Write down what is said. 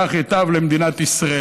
כך ייטב למדינת ישראל.